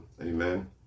Amen